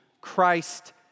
Christ